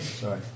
Sorry